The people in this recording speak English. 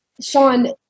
Sean